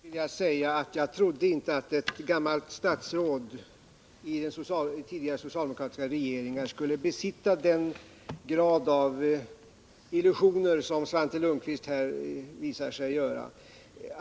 Fru talman! Till Svante Lundkvist vill jag säga att jag trodde inte att ett gammalt statsråd i tidigare socialdemokratiska regeringar skulle hänge sig åt illusioner till den grad som Svante Lundkvist här visat sig göra.